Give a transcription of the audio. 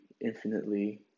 infinitely